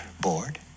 board